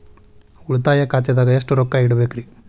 ಉಳಿತಾಯ ಖಾತೆದಾಗ ಎಷ್ಟ ರೊಕ್ಕ ಇಡಬೇಕ್ರಿ?